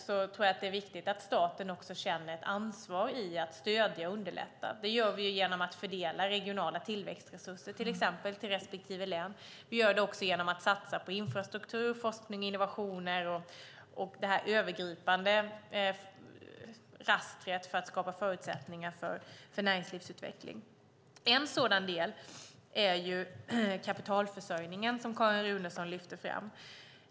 Det är dock viktigt att staten känner ett ansvar att stödja och underlätta. Det gör vi genom att fördela regionala tillväxtresurser, till exempel till respektive län. Vi gör det också genom att satsa på infrastruktur, på forskning och innovation och på det övergripande rastret för att skapa förutsättningar för näringslivsutveckling. En sådan del är kapitalförsörjningen som Carin Runeson lyfte fram.